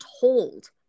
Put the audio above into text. told